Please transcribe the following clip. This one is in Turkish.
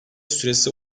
süresi